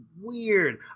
weird